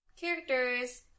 characters